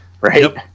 right